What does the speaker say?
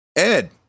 Ed